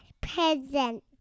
present